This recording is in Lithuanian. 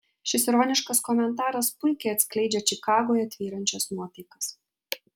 šis ironiškas komentaras puikiai atskleidžia čikagoje tvyrančias nuotaikas